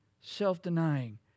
self-denying